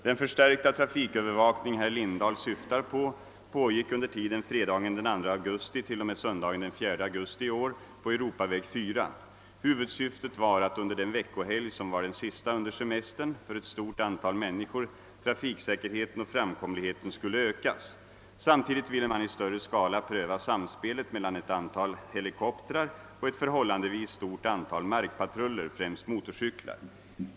Den förstärkta trafikövervakning herr Lindahl syftar på pågick under tiden fredagen den 2 augusti t.o.m. söndagen den 4 augusti i år på Europaväg 4. Huvudsyftet var att, under den veckohelg som var den sista under semestern för ett stort antal människor, trafiksäkerheten och framkomligheten skulle ökas. Samtidigt ville man i större skala pröva samspelet mellan ett antal helikoptrar och ett förhållandevis stort antal markpatruller, främst motorcyklar.